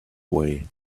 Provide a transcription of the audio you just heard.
way